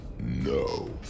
No